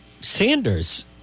Sanders